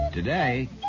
Today